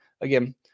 again